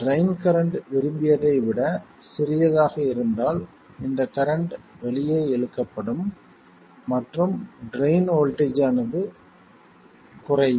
drain current விரும்பியதை விட சிறியதாக இருந்தால் இந்த கரண்ட் வெளியே இழுக்கப்படும் மற்றும் ட்ரைன் வோல்ட்டேஜ் ஆனது குறையும்